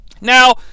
Now